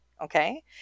Okay